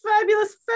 fabulous